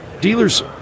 dealers